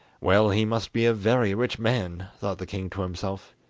well, he must be a very rich man thought the king to himself,